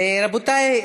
רבותי,